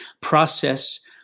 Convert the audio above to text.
process